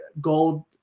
Gold